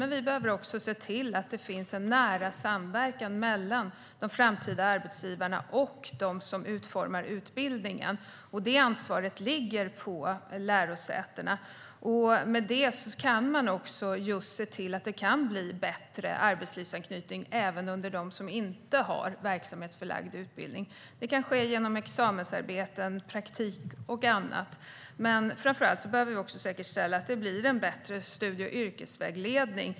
Men vi behöver också se till att det finns en nära samverkan mellan de framtida arbetsgivarna och dem som utformar utbildningen. Det ansvaret ligger på lärosätena. Med det kan man också se till att det kan bli bättre arbetslivsanknytning även för dem som inte har verksamhetsförlagd utbildning. Det kan ske genom examensarbeten, praktik och annat. Framför allt behöver vi säkerställa att det blir en bättre studie och yrkesvägledning.